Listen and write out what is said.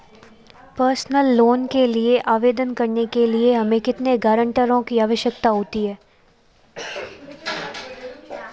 Personal loan के लिए आवेदन करने के लिए हमें कितने गारंटरों की आवश्यकता है?